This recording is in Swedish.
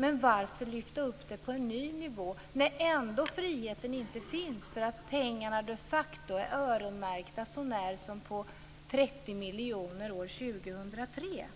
Men varför lyfta upp det på en ny nivå när ändå friheten inte finns eftersom pengarna de facto är öronmärkta sånär som på 30 miljoner år 2003?